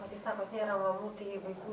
o tai sakot nėra mamų tai vaikų